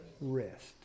rest